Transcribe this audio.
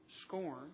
scorn